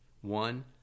One